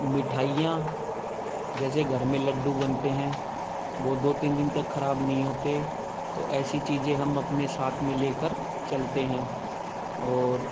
मिठाइयाँ जैसे घर में लड्डू बनते हैं वह दो तीन दिन तक ख़राब नहीं होते तो ऐसी चीज़ें हम अपने साथ में लेकर चलते हैं और